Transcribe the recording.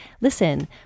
listen